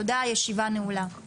תודה, הישיבה נעולה.